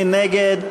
מי נגד?